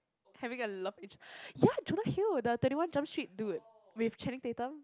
having a love ya Jonah-Hill the twenty one jump street dude with Channing-Tatum